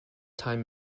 time